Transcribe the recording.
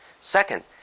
Second